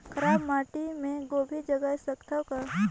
खराब माटी मे गोभी जगाय सकथव का?